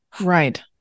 Right